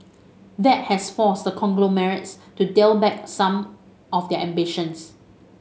that has forced the conglomerates to dial back some of their ambitions